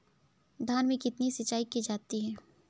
धान में कितनी सिंचाई की जाती है?